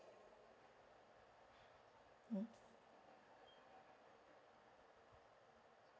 mm